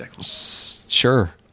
sure